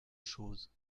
chose